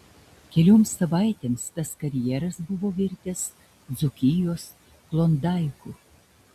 kelioms savaitėms tas karjeras buvo virtęs dzūkijos klondaiku